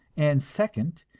and second,